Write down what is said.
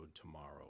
tomorrow